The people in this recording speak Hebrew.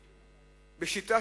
בשיטה,